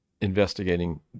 investigating